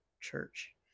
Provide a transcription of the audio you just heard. church